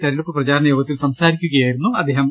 തിരഞ്ഞെടുപ്പ് പ്രചാരണ യോഗത്തിൽ സംസാരിക്കുകയാ യിരുന്നു അദ്ദേഹം